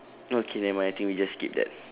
okay never mind I think we just skip that